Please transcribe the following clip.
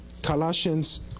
Colossians